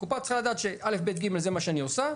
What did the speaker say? הקופה צריכה לדעת שא' ב' ג' זה מה שהיא עושה,